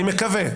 אני מקווה.